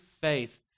faith